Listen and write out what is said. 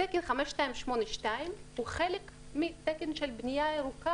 התקן 5282 הוא חלק מתקן של בנייה ירוקה,